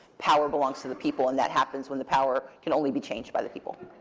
power belongs to the people. and that happens when the power can only be changed by the people.